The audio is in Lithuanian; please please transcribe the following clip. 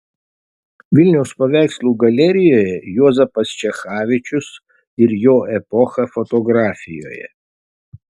vilniaus paveikslų galerijoje juozapas čechavičius ir jo epocha fotografijoje